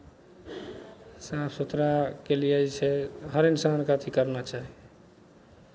साफ सुथराके लिए जे छै हर इन्सानके अथी करना चाही